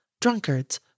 drunkards